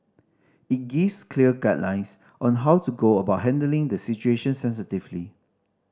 it gives clear guidelines on how to go about handling the situation sensitively